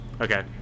Okay